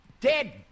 Dead